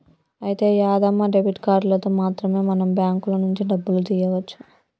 అయితే యాదమ్మ డెబిట్ కార్డులతో మాత్రమే మనం బ్యాంకుల నుంచి డబ్బులు తీయవచ్చు